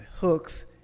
Hooks